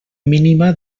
mínima